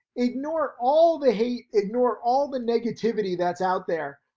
ignore all the hate, ignore all the negativity that's out there.